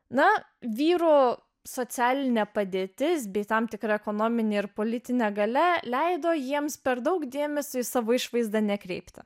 na vyro socialinė padėtis bei tam tikra ekonominė ir politine galia leido jiems per daug dėmesio į savo išvaizdą nekreipta